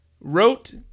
wrote